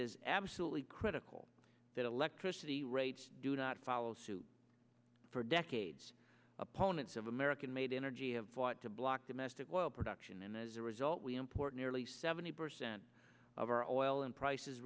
is absolutely critical that electricity rates do not follow suit for decades opponents of american made energy of want to block domestic oil production and as a result we import nearly seventy percent of our oil and prices